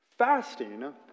fasting